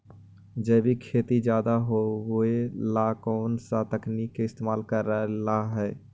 जैविक खेती ज्यादा होये ला कौन से तकनीक के इस्तेमाल करेला हई?